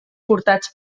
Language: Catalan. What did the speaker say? portats